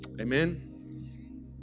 Amen